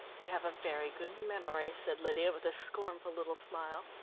you have a very good memory, said lydia, with a scornful little smile.